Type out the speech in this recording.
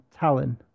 Tallinn